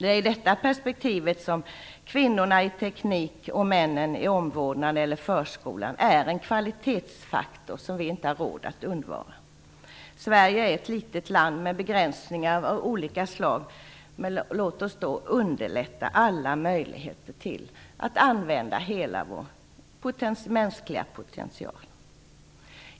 I detta perspektiv utgör kvinnorna inom tekniken och männen inom omvårdnaden eller förskolan en kvalitetsfaktor som vi inte har råd att undvara. Sverige är ett litet land med begränsningar av olika slag. Låt oss då underlätta alla möjligheter att använda hela vår mänskliga potential.